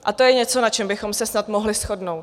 A to je něco, na čem bychom se snad mohli shodnout.